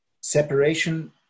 separation